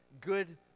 good